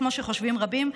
כמו שחושבים רבים.